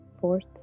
fourth